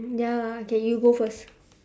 ya okay you go first